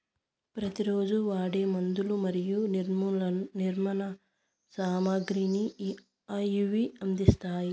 ప్రతి రోజు వాడే మందులు మరియు నిర్మాణ సామాగ్రిని ఇవి అందిస్తాయి